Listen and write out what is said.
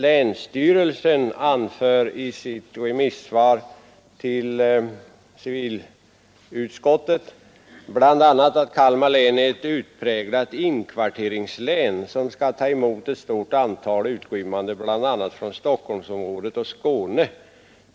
Länsstyrelsen i Kalmar län anför i sitt remissvar till civilutskottet bl.a. följande: Nr 132 Onsdagen den 6 december 1972 Skåne.